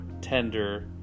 tender